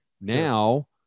Now